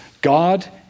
God